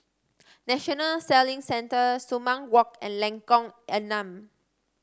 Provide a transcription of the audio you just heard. National Sailing Centre Sumang Walk and Lengkong Enam